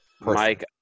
Mike